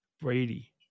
Brady